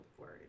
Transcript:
word